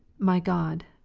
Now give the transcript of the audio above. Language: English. my god,